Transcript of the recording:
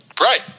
Right